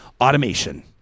Automation